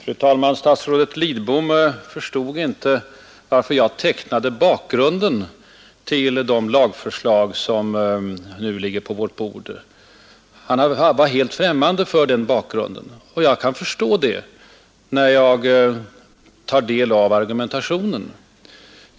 Fru talman! Statsrådet Lidbom sade sig inte ha förstått varför jag tecknade bakgrunden till de lagförslag som nu ligger på vårt bord. Han sade sig vara helt främmande för den bakgrunden. Jag kan förstå det när jag tar del av hans argumentation.